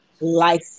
life